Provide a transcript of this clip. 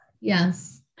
Yes